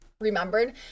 remembered